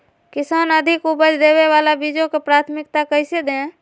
किसान अधिक उपज देवे वाले बीजों के प्राथमिकता कैसे दे?